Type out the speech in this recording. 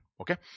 Okay